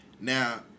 Now